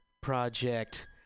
project